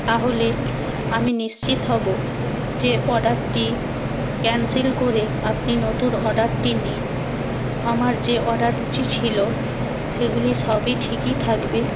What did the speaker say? তাহলে আমি নিশ্চিত হবো যে অর্ডারটি ক্যান্সেল করে আপনি নতুন অর্ডারটি নিন আমার যে অর্ডারছি ছিলো সেগুলো সবই ঠিকই থাকবে